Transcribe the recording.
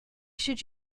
should